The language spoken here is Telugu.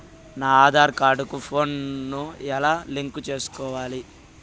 నా ఆధార్ కార్డు కు ఫోను ను ఎలా లింకు సేసుకోవాలి?